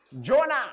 Jonah